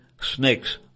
snakes